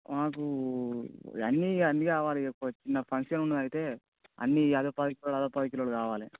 మాకు అన్నీ అన్నీ కావాలి ఇక చిన్న ఫంక్షన్ ఉన్నదైతే అన్నీ అదొక పది కిలోలు అదొక పది కిలోలు కావాలి